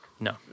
No